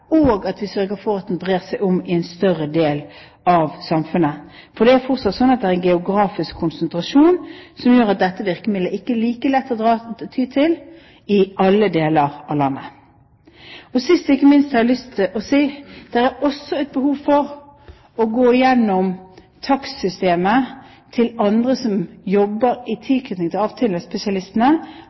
og at vi sørger for at det brer om seg i en større del av samfunnet. For det er fortsatt slik at det er geografisk konsentrasjon som gjør at dette virkemiddelet ikke er like lett å ty til i alle deler av landet. Sist, men ikke minst, har jeg lyst til å si at det også er behov for å gå igjennom takstsystemet til andre som jobber i tilknytning til avtalespesialistene